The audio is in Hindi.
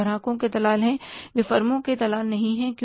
वे ग्राहकों के दलाल हैं वे फर्मों के दलाल नहीं हैं